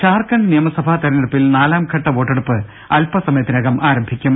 ് ജാർഖണ്ഡ് നിയമസഭാ തെരഞ്ഞെടുപ്പിൽ നാലാം ഘട്ട വോട്ടെ ടുപ്പ് അല്പസമയത്തിനകം ആരംഭിക്കും